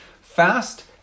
fast